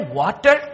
water